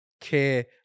care